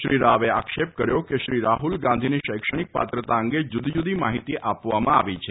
શ્રી રાવે આક્ષેપ કર્યો હતો કે શ્રી રાહુલ ગાંધીની શૈક્ષણિક પાત્રતા અંગે જુદી જુદી માહિતી આપવામાં આવી છે